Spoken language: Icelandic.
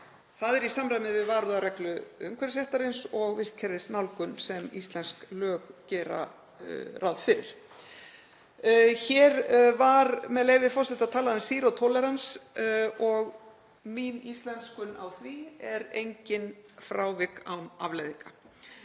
Það er í samræmi við varúðarreglu umhverfisréttarins og vistkerfisnálgun sem íslensk lög gera ráð fyrir. Hér var, með leyfi forseta, talað um „zero tolerance“ og mín íslenskun á því er: Engin frávik án afleiðinga.